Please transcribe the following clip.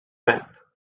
map